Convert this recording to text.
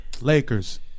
Lakers